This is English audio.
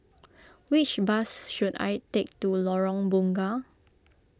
which bus should I take to Lorong Bunga